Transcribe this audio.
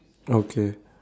okay